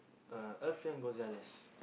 uh Elfian-Gozalias